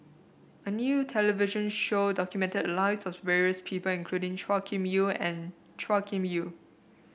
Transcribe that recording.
a new television show documented lives of various people including Chua Kim Yeow and Chua Kim Yeow